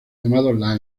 llamado